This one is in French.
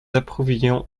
approuvions